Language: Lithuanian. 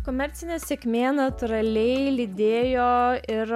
komercinė sėkmė natūraliai lydėjo ir